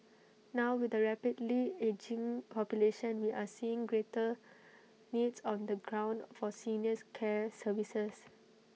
now with A rapidly ageing population we are seeing greater needs on the ground for seniors care services